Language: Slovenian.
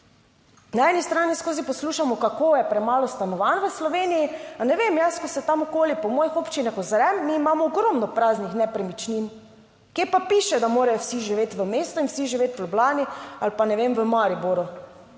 Na eni strani skozi poslušamo kako je premalo stanovanj v Sloveniji, ne vem, jaz, ko se tam okoli po mojih občinah ozrem, mi imamo ogromno praznih nepremičnin. Kje pa piše, da morajo vsi živeti v mestu in vsi živeti v Ljubljani ali pa, ne vem, v Mariboru?